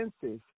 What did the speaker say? senses